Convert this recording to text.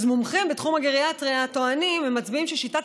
מומחים בתחום הגריאטריה טוענים ששיטת